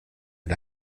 and